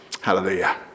Hallelujah